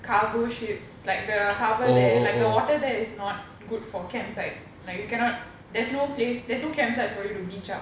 cargo ships like the harbour there like the water there is not good for campsite like you cannot there's no place there's no campsite for you to beach up